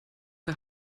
der